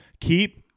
Keep